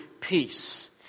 peace